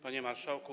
Panie Marszałku!